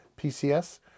PCS